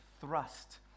thrust